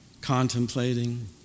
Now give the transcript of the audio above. contemplating